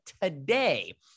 today